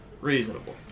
Reasonable